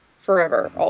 forever